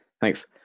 Thanks